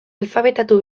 alfabetatu